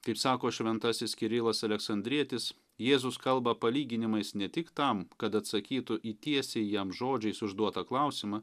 kaip sako šventasis kirilas aleksandrietis jėzus kalba palyginimais ne tik tam kad atsakytų į tiesiai jam žodžiais užduotą klausimą